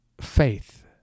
faith